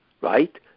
right